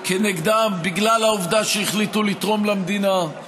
בגלל העובדה שהם החליטו לתרום למדינה.